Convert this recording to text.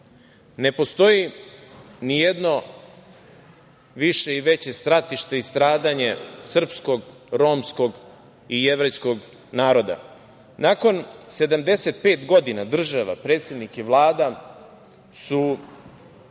Ne postoji nijedno više i veće stratište i stradanje srpskog, romskog i jevrejskog naroda. Nakon 75 godina, država, predsednik i Vlada su